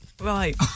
Right